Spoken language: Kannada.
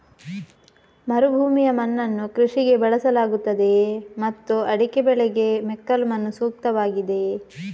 ಮರುಭೂಮಿಯ ಮಣ್ಣನ್ನು ಕೃಷಿಗೆ ಬಳಸಲಾಗುತ್ತದೆಯೇ ಮತ್ತು ಅಡಿಕೆ ಬೆಳೆಗೆ ಮೆಕ್ಕಲು ಮಣ್ಣು ಸೂಕ್ತವಾಗಿದೆಯೇ?